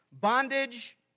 bondage